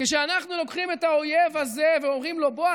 כשאנחנו לוקחים את האויב הזה ואומרים לו: בוא,